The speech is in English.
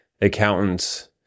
accountants